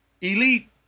elite